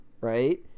right